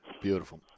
beautiful